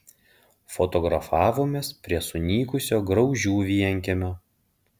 fotografavomės prie sunykusio graužių vienkiemio